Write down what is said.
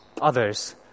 others